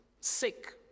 sick